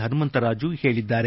ಪನುಮಂತರಾಜು ಹೇಳಿದ್ದಾರೆ